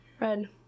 red